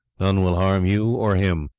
none will harm you or him.